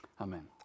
Amen